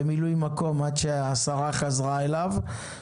במילוי מקום עד שהשרה חזרה אליו,